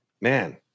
Man